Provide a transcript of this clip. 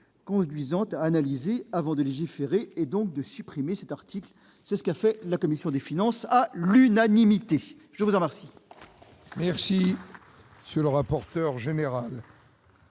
conduisant à analyser avant de légiférer, donc de supprimer cet article. C'est ce qu'a fait la commission des finances, à l'unanimité. La parole est à M.